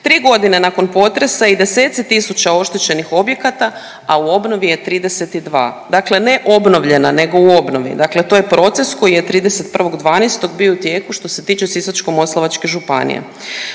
Tri godine nakon potresa i deseci tisuća oštećenih objekata, a u obnovi je 32. Dakle, ne obnovljena nego u obnovi. Dakle, to je proces koji je 31.12. bio u tijeku što se tiče Sisačko-moslavačke županije.